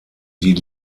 die